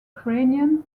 ukrainian